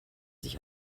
sich